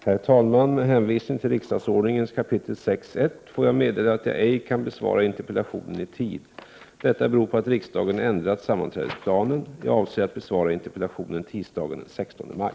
Herr talman! Med hänvisning till riksdagsordningen 6 kap. 1§ får jag meddela att jag ej kan besvara interpellationen i tid. Detta beror på att riksdagen har ändrat sammanträdesplanen. Jag avser att besvara interpellationen tisdagen den 16 maj.